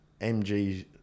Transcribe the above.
MG